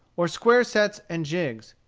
or square sets and jigs.